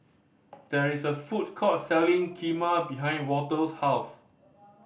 there is a food court selling Kheema behind Walter's house